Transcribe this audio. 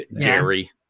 dairy